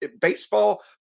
baseball